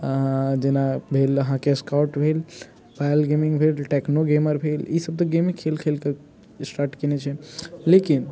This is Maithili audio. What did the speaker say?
जेना भेल अहाँकेँ स्कॉट भेल पायल गेमिंग भेल टेक्नो गेमर भेल ईसभ तऽ गेमे खेल खेल कऽ स्टार्ट कयने छै लेकिन